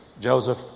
Joseph